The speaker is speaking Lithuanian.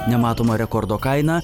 nematoma rekordo kaina